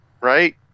Right